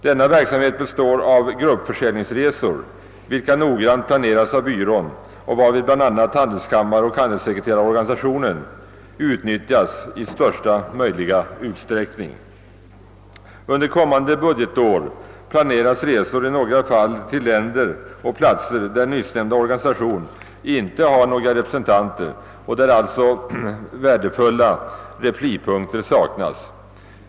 Denna verksamhet består av gruppförsäljningsresor, vilka noggrant planeras av byrån och varvid bl.a. handelskammare och handelssekreterarorganisationer utnyttjas i största möjliga utsträckning. Under kommande budgetår planeras resor i några fall till länder och platser där nyssnämnda organisation inte har några representanter och där alltså värdefulla replipunkter saknas.